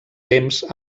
temps